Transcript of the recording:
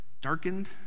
darkened